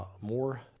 More